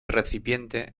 recipiente